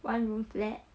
one room flat